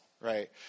right